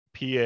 PA